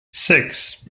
six